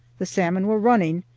the salmon were running,